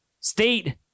state